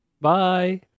Bye